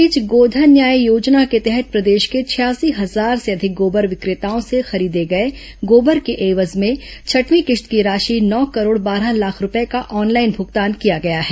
इस बीच गोधन न्याय योजना के तहत प्रदेश के छियासी हजार से अधिक गोबर विक्रेताओं से खरीदे गए गोबर के एवज में छठवीं किश्त की राशि नौ करोड़ बारह लाख रूपये का ऑनलाइन भूगतान किया गया है